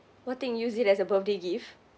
what thing you use it as a birthday gift